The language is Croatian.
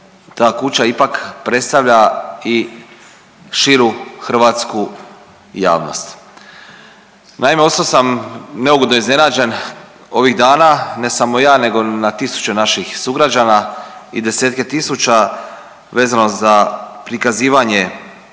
ta kuća ipak predstavlja i širu hrvatsku javnost. Naime, ostao sam neugodno iznenađen ovih dana, ne samo ja nego na tisuće naših sugrađana i desetke tisuća vezano za prikazivanje